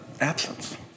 absence